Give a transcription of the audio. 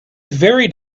very